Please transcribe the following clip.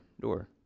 door